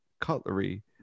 cutlery